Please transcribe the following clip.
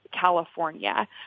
California